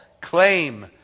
claim